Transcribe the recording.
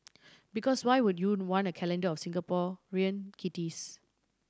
because why would you not want a calendar of Singaporean kitties